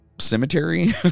cemetery